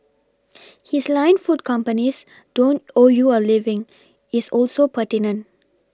his line food companies don't owe you a living is also pertinent